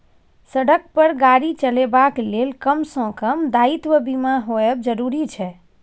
सड़क पर गाड़ी चलेबाक लेल कम सँ कम दायित्व बीमा होएब जरुरी छै